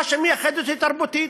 מה שמייחד אותי תרבותית,